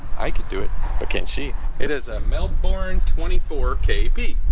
i could do it akinci it is a male born twenty four k p.